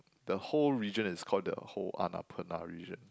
the whole region is call the whole Annapurna region